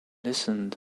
listened